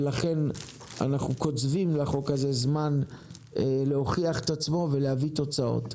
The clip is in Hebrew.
ולכן אנחנו קוצבים לחוק הזה זמן להוכיח את עצמו ולהביא תוצאות.